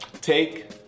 Take